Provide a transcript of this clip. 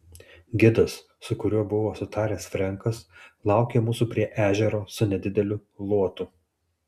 gidas su kuriuo buvo sutaręs frenkas laukė mūsų prie ežero su nedideliu luotu